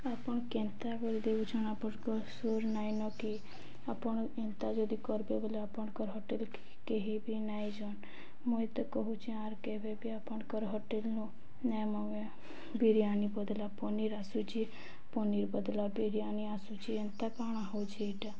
ଆପଣ କେନ୍ତା ବୋଲି ଦଉଛନ୍ ଆପଣଙ୍କ ସର ନାଇଁନ କିି ଆପଣ ଏନ୍ତା ଯଦି କରବେ ବୋଲିଲେ ଆପଣଙ୍କର ହୋଟେଲ କେହି ବି ନାଇଁ ଜନ୍ ମୁଁ ଏତେ କହୁଛି ଆର୍ କେବେବି ଆପଣଙ୍କର ହୋଟେଲ ନୁ ନାଇଁ ମଗାଇବା ବିରିୟାନୀ ବଦଲା ପନିର ଆସୁଛି ପନିର ବଦଲା ବିରିୟାନୀ ଆସୁଛି ଏନ୍ତା କାଣା ହଉଛି ଏଇଟା